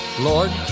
Lord